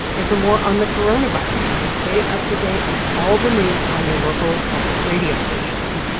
and for more on the coronavirus, you can stay up to date with all the news on your local public radio station.